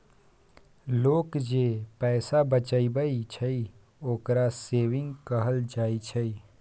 लोक जे पैसा बचाबइ छइ, ओकरा सेविंग कहल जाइ छइ